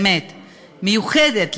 באמת מיוחדת,